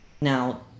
Now